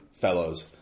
Fellows